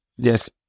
Yes